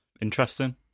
Interesting